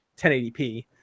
1080p